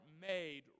made